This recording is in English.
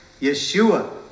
Yeshua